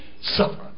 Suffer